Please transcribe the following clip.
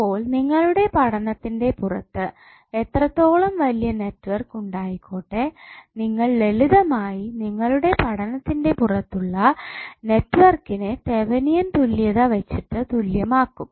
അപ്പോൾ നിങ്ങളുടെ പഠനത്തിന്റെ പുറത്ത് എത്രത്തോളം വലിയ നെറ്റ്വർക്ക് ഉണ്ടായിക്കോട്ടെ നിങ്ങൾ ലളിതമായി നിങ്ങളുടെ പഠനത്തിന്റെ പുറത്തുള്ള നെറ്റ്വർക്കിനെ തെവെനിൻ തുല്യത വച്ചിട്ട് തുല്യമാകും